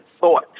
thought